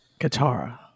Katara